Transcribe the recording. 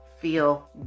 feel